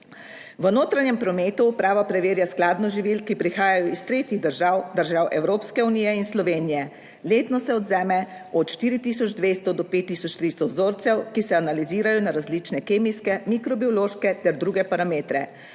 V notranjem prometu uprava preverja skladnost živil, ki prihajajo iz tretjih držav, držav Evropske unije in Slovenije. Letno se odvzame od 4 tisoč 200 do 5 tisoč 300 vzorcev, ki se analizirajo na različne kemijske, mikrobiološke ter druge parametre.